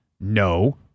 No